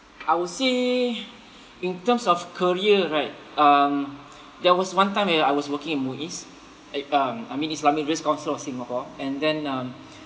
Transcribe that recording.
I would say in terms of career right um there was one time where I was working in MUIS eh um I mean islamic religious council of singapore and then um